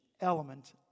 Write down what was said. element